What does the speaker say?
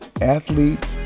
athlete